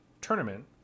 tournament